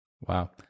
Wow